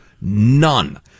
none